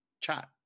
chat